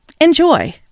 Enjoy